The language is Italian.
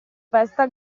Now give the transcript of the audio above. festa